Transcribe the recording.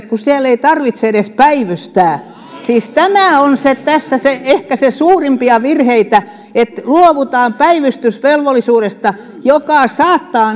kun yksityisellä sektorilla ei tarvitse edes päivystää siis tämä on tässä ehkä suurimpia virheitä että luovutaan päivystysvelvollisuudesta mikä saattaa